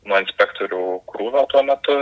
nuo inspektorių krūvio tuo metu